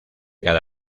cada